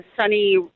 sunny